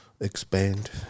expand